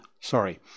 sorry